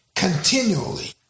Continually